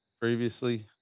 previously